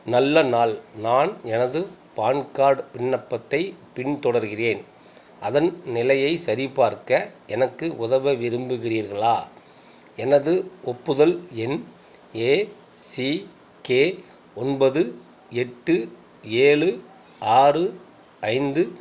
நல்ல நாள் நான் எனது பான் கார்ட் விண்ணப்பத்தை பின்தொடர்கிறேன் அதன் நிலையை சரிபார்க்க எனக்கு உதவ விரும்புகிறீர்களா எனது ஒப்புதல் எண் ஏசிகே ஒன்பது எட்டு ஏழு ஆறு ஐந்து